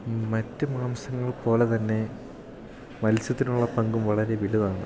മറ്റ് മാംസങ്ങൾ പോലെ തന്നെ മത്സ്യത്തിനുള്ള പങ്കും വളരെ വലുതാണ്